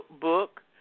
Book